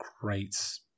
great